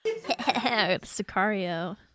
Sicario